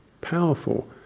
powerful